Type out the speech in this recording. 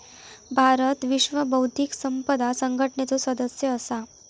भारत विश्व बौध्दिक संपदा संघटनेचो सदस्य असा